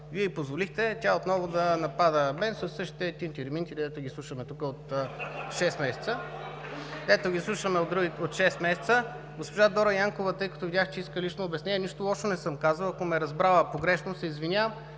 Вие й позволите тя отново да напада мен със същите тинтири-минтири, дето ги слушаме тук от шест месеца. (Смях в ГЕРБ.) Госпожа Дора Янкова, тъй като видях, че иска лично обяснение – нищо лошо не съм казал. Ако ме е разбрала погрешно, се извинявам.